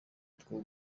two